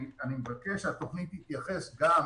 אני מבקש שהתוכנית תתייחס גם